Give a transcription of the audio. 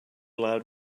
loud